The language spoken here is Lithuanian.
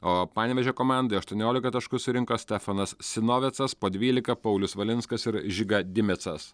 o panevėžio komandai aštoniolika taškų surinko stefanas sinovicas po dvylika paulius valinskas ir žiga dimecas